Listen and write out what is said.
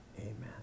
amen